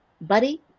buddy